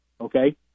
Okay